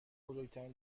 بزرگترین